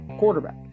quarterback